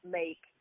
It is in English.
make